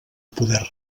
poder